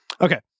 Okay